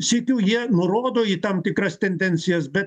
sykiu jie nurodo į tam tikras tendencijas bet